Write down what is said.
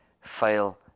fail